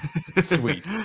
Sweet